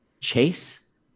chase